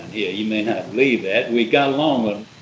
you may not believe that. we got along